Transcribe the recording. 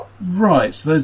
right